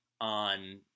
on